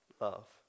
love